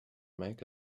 make